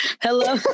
Hello